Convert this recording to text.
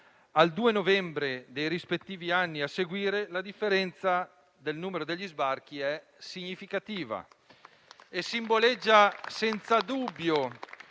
al 2 novembre dei rispettivi anni a seguire la differenza del numero degli sbarchi è significativa. E simboleggia senza dubbio